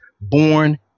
born